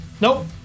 Nope